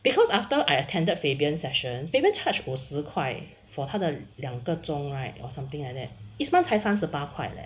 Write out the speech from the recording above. because after I attended fabian session fabian charged 五十块 for 他的两个钟 right or something like that isman 才三十八块钱 leh